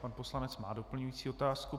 Pan poslanec má doplňující otázku.